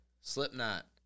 Slipknot